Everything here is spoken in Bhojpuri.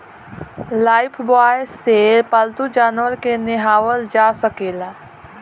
लाइफब्वाय से पाल्तू जानवर के नेहावल जा सकेला